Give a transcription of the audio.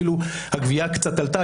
אפילו הגבייה קצת עלתה.